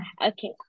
Okay